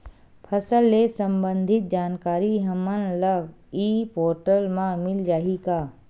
फसल ले सम्बंधित जानकारी हमन ल ई पोर्टल म मिल जाही का?